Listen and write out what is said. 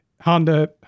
Honda